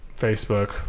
Facebook